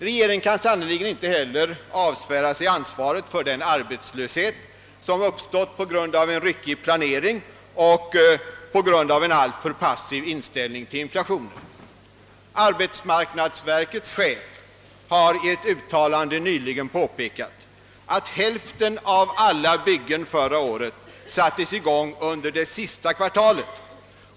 Regeringen kan sannerligen inte heller avsvära sig ansvaret för den arbetslöshet, som uppstått på grund av en ryckig planering och på grund av en alltför passiv inställning till inflationen. Arbetsmarknadsverkets chef har i ett uttalande nyligen påpekat, att hälften av alla byggen förra året sattes i gång under det sista kvartalet.